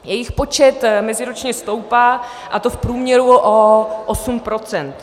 Jejich počet meziročně stoupá, a to v průměru o 8 %.